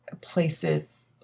places